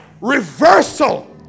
reversal